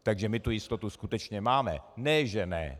Takže my tu jistotu skutečně máme, ne že ne!